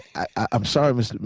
i'm sorry, mr.